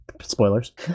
spoilers